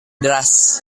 deras